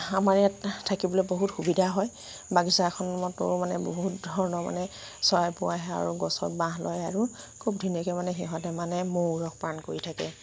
আমাৰ ইয়াত থাকিবলে বহুত সুবিধা হয় বাগিচাখনতো মানে বহুত ধৰণৰ মানে চৰাইবোৰ আহে আৰু গছত বাহ লয় আৰু খুব ধুনীয়াকৈ মানে সিহঁতে মানে মৌ ৰস পান কৰি থাকে